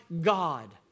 God